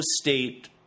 state